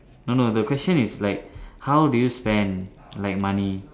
no no the question is like how do you spend like money